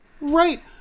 right